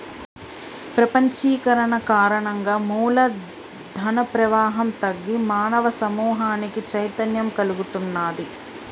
ప్రపంచీకరణ కారణంగా మూల ధన ప్రవాహం తగ్గి మానవ సమూహానికి చైతన్యం కల్గుతున్నాది